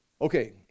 Okay